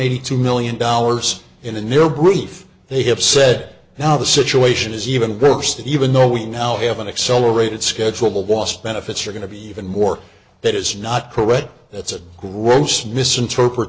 eighty two million dollars in the near brief they have said now the situation is even worse that even though we now have an accelerated schedule was benefits are going to be even more that is not correct that's a gross misinterpret